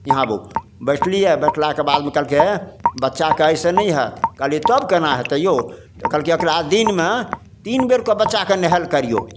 इहाँ आबू बैठलिए बैठलाके बादमे कहलकै एंँ बच्चाके एहिसे नहि हैत कहलिए तब कोना हेतै यौ तऽ कहलकै एकरा दिनमे तीन बेरके बच्चाके नहाएल करिऔ